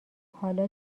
حالا